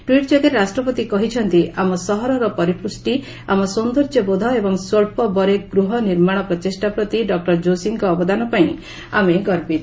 tweet ଯୋଗେ ରାଷ୍ଟ୍ରପତି କହିଛନ୍ତି ଆମ ସହରର ପରିଦୃଷ୍ଟି ଆମ ସୌନ୍ଦର୍ଯ୍ୟବୋଧ ଏବଂ ସ୍ୱଚ୍ଚ ବ୍ୟୟରେ ଗୃହ ନିର୍ମାଣ ପ୍ରଚେଷ୍ଟା ପ୍ରତି ଡକ୍ଟର ଯୋଷୀଙ୍କ ଅବଦାନପାଇଁ ଆମେ ଗର୍ବିତ